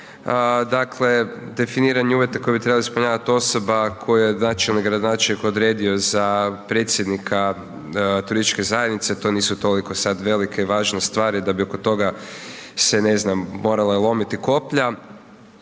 dakle definiranje uvjeta koje bi trebala ispunjavati osoba koju je načelnik, gradonačelnik odredio za predsjednika turističke zajednice, to nisu toliko sad velike i važne stvari da bi oko toga se ne znam morala lomiti koplja.